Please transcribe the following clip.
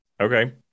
okay